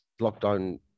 lockdown